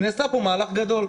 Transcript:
נעשה פה מהלך גדול.